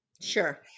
Sure